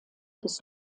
des